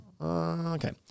Okay